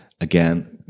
again